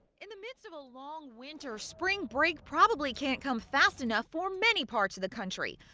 in the midst of a long winter, spring break probably can't come fast enough for many parts of the country.